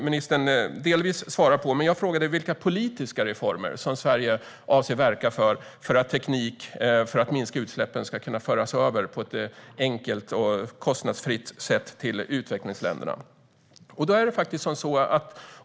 Ministern svarade delvis på den, men jag frågade vilka politiska reformer som Sverige avser att verka för så att teknik för att minska utsläppen ska kunna föras över till utvecklingsländerna på ett enkelt och kostnadsfritt sätt.